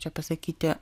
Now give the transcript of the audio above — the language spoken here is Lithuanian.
čia pasakyti